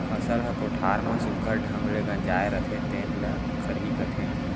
फसल ह कोठार म सुग्घर ढंग ले गंजाय रथे तेने ल खरही कथें